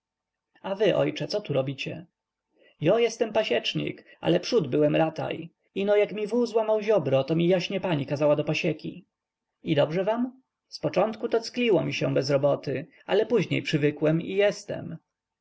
a wy ojcze co tu robicie jo jestem pasiecznik ale przódy byłem rataj ino jak mi wół złamał ziobro to mi jaśnie pani kazała do pasieki i dobrze wam zpoczątku to ckliło mi się bez roboty ale późni przywykem i jestem